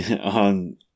On